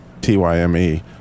T-Y-M-E